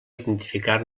identificar